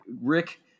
rick